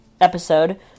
episode